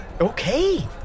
Okay